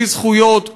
בלי זכויות,